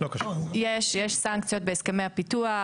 יש סנקציות בהסכמי הפיתוח,